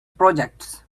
projects